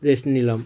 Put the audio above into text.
rest নিলাম